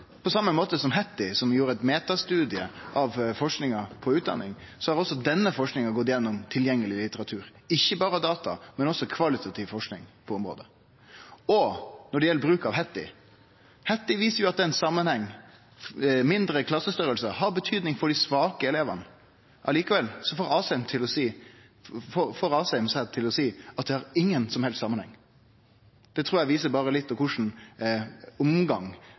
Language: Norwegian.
På same måten som Hattie, som gjorde eit metastudium av forskinga på utdanning, har også denne forskinga gått gjennom tilgjengeleg litteratur, ikkje berre data, men også kvalitativ forsking på området. Og når det gjeld bruk av Hattie: Hattie viser at det er ein samanheng – mindre klassestorleik har betyding for dei svake elevane. Likevel får Asheim seg til å seie at det har ingen som helst samanheng. Det trur eg berre viser litt av kva omgang